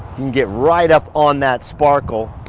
can get right up on that sparkle.